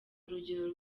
urugero